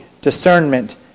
discernment